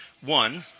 One